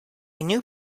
new